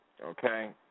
Okay